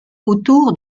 autour